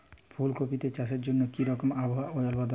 ফুল কপিতে চাষের জন্য কি রকম আবহাওয়া ও জলবায়ু দরকার?